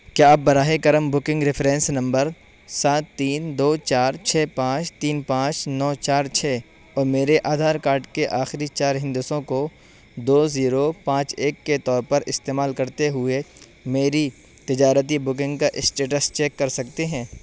کیا آپ براہ کرم بکنگ ریفرنس نمبر سات تین دو چار چھ پانچ تین پانچ نو چار چھ اور میرے آدھار کارڈ کے آخری چار ہندسوں کو دو زیرو پانچ ایک کے طور پر استعمال کرتے ہوئے میری تجارتی بکنگ کا اسٹیٹس چیک کر سکتے ہیں